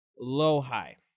low-high